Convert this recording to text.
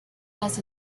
las